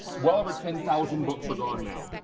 well over ten thousand books are gone now.